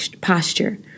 posture